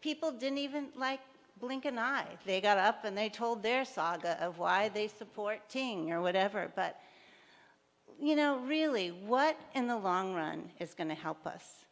people didn't even like blink an eye they got up and they told their saga of why they supporting or whatever but you know really what in the long run is going to help us